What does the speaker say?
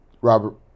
Robert